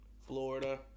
Florida